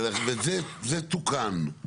וזה תוקן.